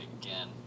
again